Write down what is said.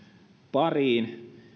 pariin